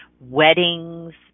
weddings